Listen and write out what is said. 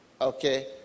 Okay